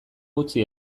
utzi